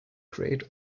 create